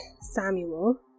Samuel